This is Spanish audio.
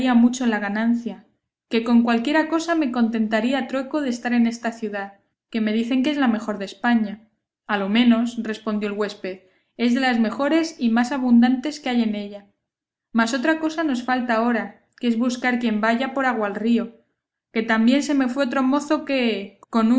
mucho en la ganancia que con cualquiera cosa me contentaría a trueco de estar en esta ciudad que me dicen que es la mejor de españa a lo menos respondió el huésped es de las mejores y más abundantes que hay en ella mas otra cosa nos falta ahora que es buscar quien vaya por agua al río que también se me fue otro mozo que con